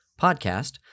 podcast